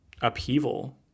upheaval